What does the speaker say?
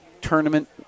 tournament